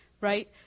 Right